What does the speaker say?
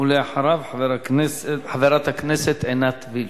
ואחריו, חברת הכנסת עינת וילף.